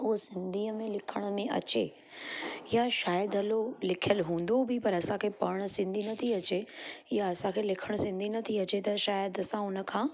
उहो सिंधीअ में लिखण में अचे या शायदि हलो लिखियल हूंदो बि पर असांखे पढ़ण सिंधी नथी अचे या असांखे लिखण सिंधी नथी अचे त शायदि असां हुन खां